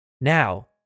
Now